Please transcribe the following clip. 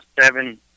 seven